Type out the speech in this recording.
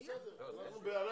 בסדר, אנחנו מפקחים על השר.